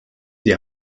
die